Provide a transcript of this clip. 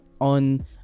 on